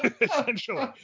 essentially